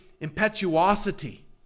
impetuosity